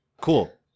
Cool